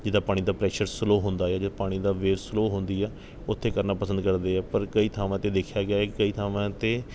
ਜਿੱਦਾਂ ਪਾਣੀ ਦਾ ਪ੍ਰੈਸ਼ਰ ਸਲੋਅ ਹੁੰਦਾ ਆ ਜੇ ਪਾਣੀ ਦਾ ਵੇਵ ਸਲੋਅ ਹੁੰਦੀ ਆ ਉੱਥੇ ਕਰਨਾ ਪਸੰਦ ਕਰਦੇ ਆ ਪਰ ਕਈ ਥਾਵਾਂ 'ਤੇ ਦੇਖਿਆ ਗਿਆ ਏ ਕਿ ਕਈ ਥਾਵਾਂ 'ਤੇ